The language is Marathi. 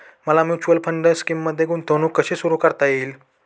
मला म्युच्युअल फंड स्कीममध्ये गुंतवणूक कशी सुरू करता येईल?